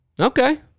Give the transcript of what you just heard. okay